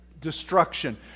Destruction